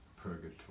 Purgatory